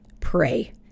Pray